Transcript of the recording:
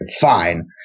fine